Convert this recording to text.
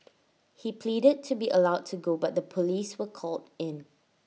he pleaded to be allowed to go but the Police were called in